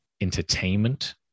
entertainment